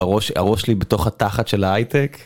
הראש, הראש שלי בתוך התחת של ההיי-טק.